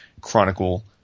chronicle